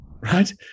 right